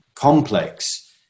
complex